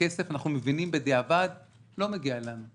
הכסף ואנחנו מבינים בדיעבד שלא מגיע לנו,